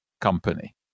company